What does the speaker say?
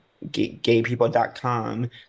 gaypeople.com